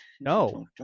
No